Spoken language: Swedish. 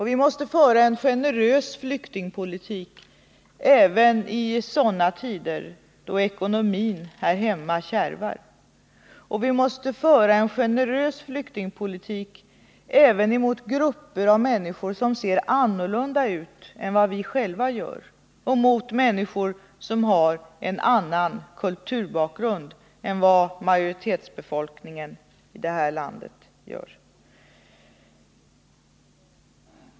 Vi måste föra en generös flyktingpolitik även i sådana tider då ekonomin här hemma kärvar. Vi måste föra en generös flyktingpolitik även mot grupper av människor som ser annorlunda ut än vi själva gör och mot människor som har en annan kulturbakgrund än vad majoritetsbefolkningen i vårt land har.